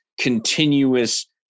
continuous